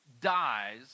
dies